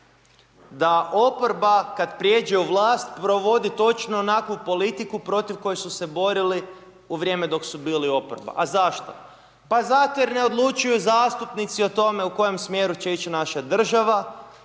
da oporba kad prijeđe u vlast provodi točno onakvu politiku protiv koje su se borili u vrijeme dok su bili oporba. A zašto, pa zato jer ne odlučuju zastupnici o tome u kojem smjeru će ići naša država